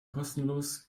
kostenlos